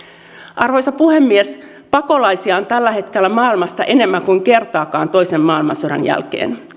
arvoisa puhemies pakolaisia on tällä hetkellä maailmassa enemmän kuin kertaakaan toisen maailmansodan jälkeen